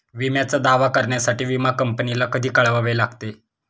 विम्याचा दावा करण्यासाठी विमा कंपनीला कधी कळवावे लागते?